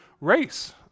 race